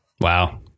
Wow